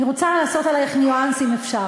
אני רוצה לעשות עלייך ניואנס, אם אפשר.